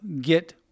get